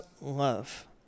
love